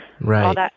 right